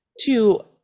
Two